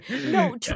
no